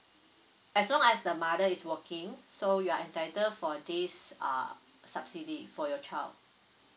as long as the mother is working so you are entitled for this uh subsidy for your child